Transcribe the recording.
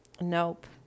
Nope